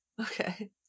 Okay